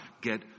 get